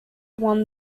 won